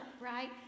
right